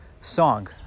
song